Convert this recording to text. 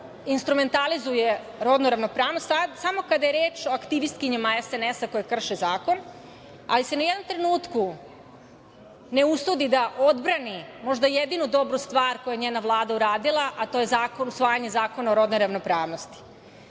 instrumentalizuje rodnu ravnopravnost samo kada je reč o aktivistkinjama SNS-a koje krše zakon, ali se ni u jednom trenutku ne usudi da odbrani možda jedinu dobru stvar koju je njena Vlada uradila, a to je Zakon o usvajanju Zakona o rodnoj ravnopravnosti.